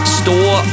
store